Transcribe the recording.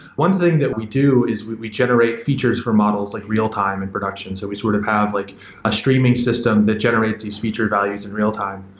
one thing that we do is we we generate features for models like real-time in production. so we sort of have like a streaming system that generates these feature values in real-time.